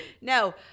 No